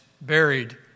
buried